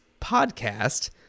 podcast